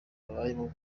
babayeho